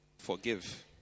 forgive